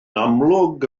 amlwg